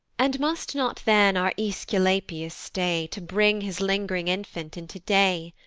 and must not then our aesculapius stay to bring his ling'ring infant into day?